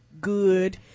good